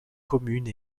commune